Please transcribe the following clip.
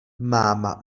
máma